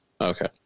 Okay